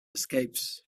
escapes